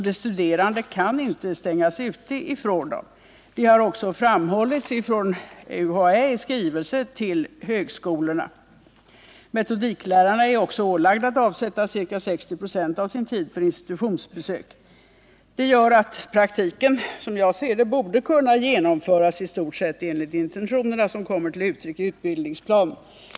De studerande kan inte stängas ute från dem. Det har också framhållits av UHÄ i skrivelse till högskolorna. Metodiklärarna är också ålagda att avsätta ca 60 96 av sin tid för institutionsbesök. Det gör att praktiken, som jag ser det, borde kunna genomföras i stort sett enligt de intentioner som kommer till uttryck i utbildningsplanen.